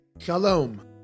Shalom